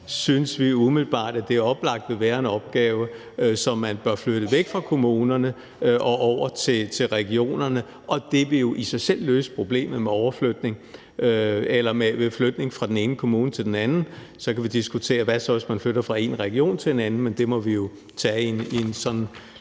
synes vi umiddelbart det er oplagt vil være en opgave, som man bør flytte væk fra kommunerne og over til regionerne. Det vil jo i sig selv løse problemet ved flytning fra den ene kommune til den anden. Så kan vi diskutere, hvad man så gør, hvis man flytter fra en region til en anden, men det må vi jo tage en sådan